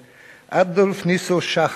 אדולף ניסו שחם,